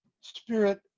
spirit